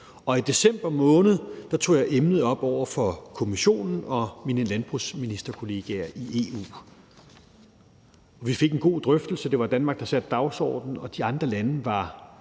Og i december måned tog jeg emnet op over for Kommissionen og mine landbrugsministerkollegaer i EU. Vi fik en god drøftelse. Det var Danmark, der satte dagsordenen, og de andre lande var